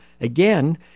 again